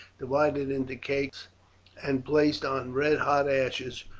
divided into cakes and placed on red hot ashes,